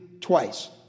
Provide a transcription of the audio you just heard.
twice